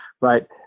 right